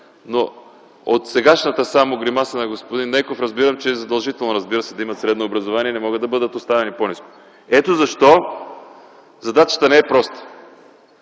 само от сегашната гримаса на господин Нейков разбирам, че, разбира се, е задължително да имат средно образование. Не могат да бъдат оставени по-ниско. Ето защо задачата не е проста.